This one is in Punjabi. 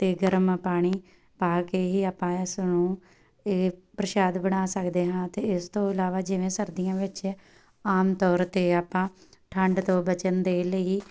ਅਤੇ ਗਰਮ ਪਾਣੀ ਪਾ ਕੇ ਹੀ ਆਪਾਂ ਇਸ ਨੂੰ ਇਹ ਪ੍ਰਸ਼ਾਦ ਬਣਾ ਸਕਦੇ ਹਾਂ ਅਤੇ ਇਸ ਤੋਂ ਇਲਾਵਾ ਜਿਵੇਂ ਸਰਦੀਆਂ ਵਿੱਚ ਆਮ ਤੌਰ 'ਤੇ ਆਪਾਂ ਠੰਡ ਤੋਂ ਬਚਣ ਦੇ ਲਈ ਹੀ